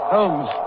Holmes